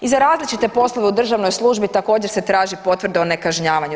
I za različite poslove u državnoj službi također se traži potvrda o nekažnjavanju.